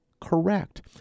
correct